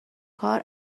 کار